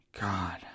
God